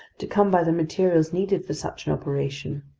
to come by the materials needed for such an operation.